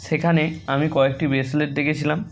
সেখানে আমি কয়েকটি ব্রেসলেট দেখেছিলাম